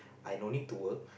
I no need to work